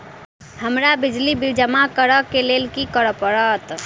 हमरा बिजली बिल जमा करऽ केँ लेल की करऽ पड़त?